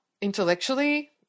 intellectually